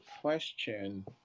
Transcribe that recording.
question